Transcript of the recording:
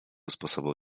sposobu